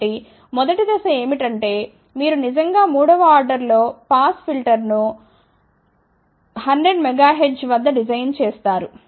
కాబట్టి మొదటి దశ ఏమిటంటే మీరు నిజంగా మూడవ ఆర్డర్ లో పాస్ ఫిల్టర్ను 100 MHz వద్ద డిజైన్ చేస్తారు